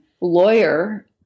lawyer